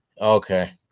Okay